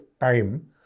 time